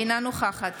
אינה נוכחת